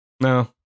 no